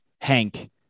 Hank